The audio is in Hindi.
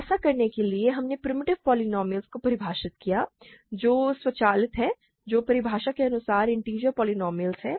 ऐसा करने के लिए हमने प्रिमिटिव पोलीनोमिअलस को परिभाषित किया है जो स्वचालित हैं जो परिभाषा के अनुसार इन्टिजर पोलीनोमिअलस हैं